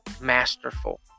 Masterful